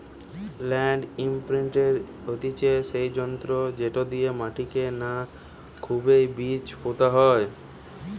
land ইমপ্রিন্টের হতিছে সেই যন্ত্র যেটি দিয়া মাটিকে না খুবই বীজ পোতা হয়